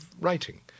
writing